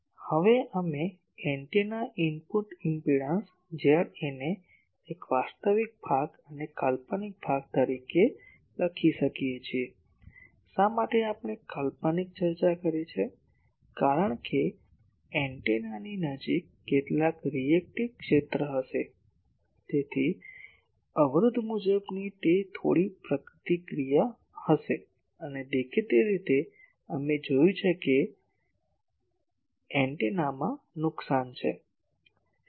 હવે અમે antenna input impedance ZA ને એક વાસ્તવિક ભાગ અને કાલ્પનિક ભાગ તરીકે લખી શકીએ છીએ શા માટે આપણે કાલ્પનિક ચર્ચા કરી છે કારણ કે એન્ટેનાની નજીક કેટલાક રીએક્ટીવ ક્ષેત્ર હશે તેથી અવરોધ મુજબની તે થોડી પ્રતિક્રિયા હશે અને દેખીતી રીતે અમે જોયું છે કે એન્ટેનામાં નુકસાન છે